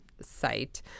site